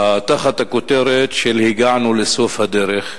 תחת הכותרת "הגענו לסוף הדרך".